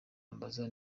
ambaza